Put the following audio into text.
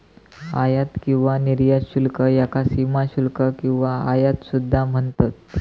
आयात किंवा निर्यात शुल्क याका सीमाशुल्क किंवा आयात सुद्धा म्हणतत